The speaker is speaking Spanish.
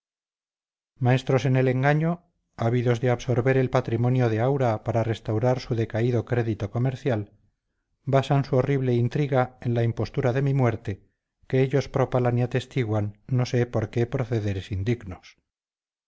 maestros en el engaño ávidos de absorber el patrimonio de aura para restaurar su decaído crédito comercial basan su horrible intriga en la impostura de mi muerte que ellos propalan y atestiguan no sé por qué procederes indignos